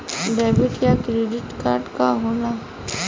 Debit या credit card का होला?